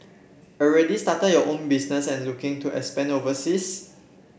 already started your own business and looking to expand overseas